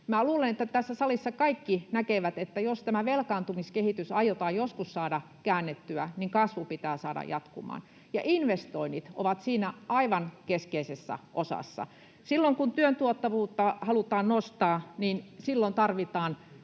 Luulen, että tässä salissa kaikki näkevät, että jos tämä velkaantumiskehitys aiotaan joskus saada käännettyä, kasvu pitää saada jatkumaan, ja investoinnit ovat siinä aivan keskeisessä osassa. Silloin kun työn tuottavuutta halutaan nostaa, silloin tarvitaan